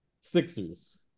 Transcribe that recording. Sixers